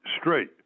straight